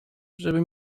żeby